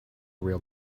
real